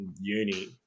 uni